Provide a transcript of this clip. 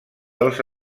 els